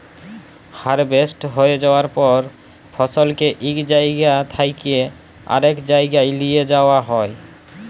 harvest হঁয়ে যাউয়ার পর ফসলকে ইক জাইগা থ্যাইকে আরেক জাইগায় লিঁয়ে যাউয়া হ্যয়